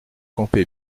campé